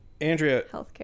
Andrea